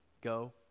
Go